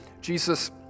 Jesus